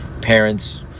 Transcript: parents